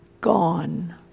gone